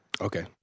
Okay